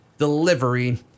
delivery